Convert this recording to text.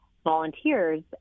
volunteers